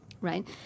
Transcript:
Right